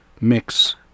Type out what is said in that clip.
mix